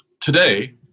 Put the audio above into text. Today